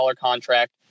contract